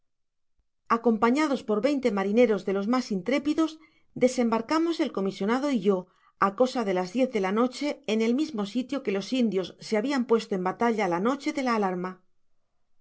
acompañados por veinte marineros de tos mas intrépidos desembarcamos el comisionado y yo á cosa de las diez de la noche en el mismo sitio que los indios se habian puetto en batalla la noche de la alarma